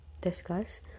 discuss